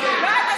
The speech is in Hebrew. לא.